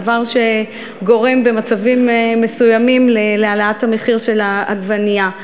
דבר שגורם במצבים מסוימים לעליית המחיר של העגבנייה.